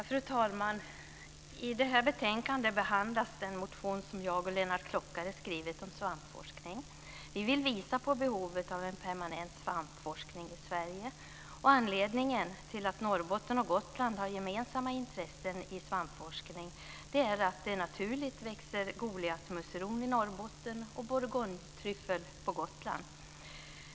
Fru talman! I det här betänkandet behandlas den motion som jag och Lennart Klockare har skrivit om svampforskning. Vi vill visa på behovet av en permanent svampforskning i Sverige. Anledningen till att Norrbotten och Gotland har gemensamma intressen i svampforskning är att det naturligt växer goliatmusseron i Norrbotten och bourgognetryffel på Gotland.